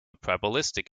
probabilistic